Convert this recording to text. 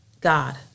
God